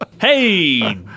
Hey